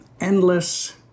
endless